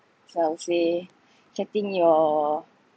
so I would say getting your